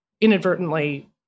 inadvertently